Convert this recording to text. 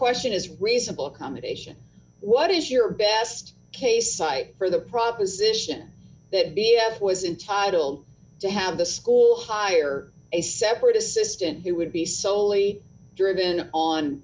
question is reasonable accommodation what is your best case cite for the proposition that b f was entitle to have the school hire a separate assistant who would be solely driven on